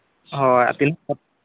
ᱦᱳᱭ